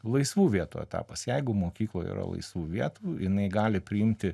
laisvų vietų etapas jeigu mokykloj yra laisvų vietų jinai gali priimti